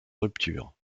rupture